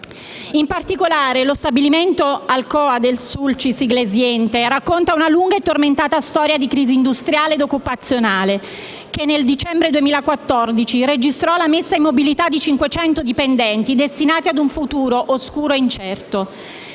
In particolare, lo stabilimento Alcoa del Sulcis Iglesiente racconta una lunga e tormentata storia di crisi industriale e occupazionale, che nel dicembre 2014 registrò la messa in mobilità di 500 dipendenti destinati a un futuro oscuro e incerto.